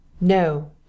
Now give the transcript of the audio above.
NO